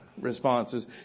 responses